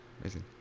Amazing